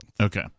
Okay